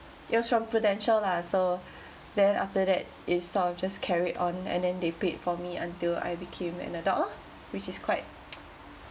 it was from Prudential lah so then after that it's sort of just carried on and then they paid for me until I became an adult lah which is quite